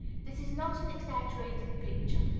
this is not an exaggerated picture.